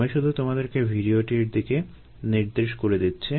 আমি শুধু তোমাদেরকে ভিডিওটির দিকে নির্দেশ করে দিচ্ছি